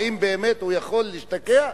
האם באמת הוא יכול להשתקע?